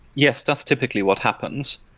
yes. that's typically what happens.